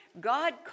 God